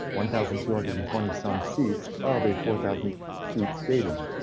one thousand two hundred and twenty some seats of a four thousand seat stadium,